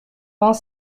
vingt